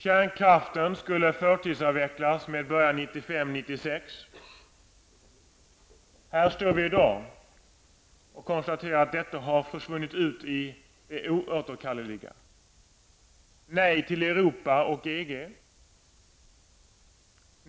Kärnkraften skulle förtidsavvecklas med början 1995 eller 1996. Vi kan i dag konstatera att det försvunnit ut i det oåterkalleliga. Ni sade då nej till Europa och EG.